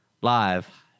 Live